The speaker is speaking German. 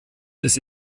des